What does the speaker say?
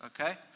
okay